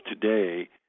today